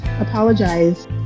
apologize